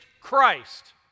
Christ